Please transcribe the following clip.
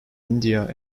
india